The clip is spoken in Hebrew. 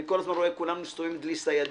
אני כל הזמן רואה את כולם מסתובבים עם דלי סיידים,